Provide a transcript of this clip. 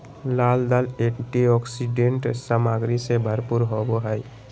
लाल दाल एंटीऑक्सीडेंट सामग्री से भरपूर होबो हइ